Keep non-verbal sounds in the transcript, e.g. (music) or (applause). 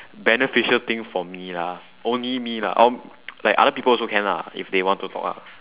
beneficial thing for me lah only me lah or (noise) like other people also can lah if they want to talk lah